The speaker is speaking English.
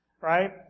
right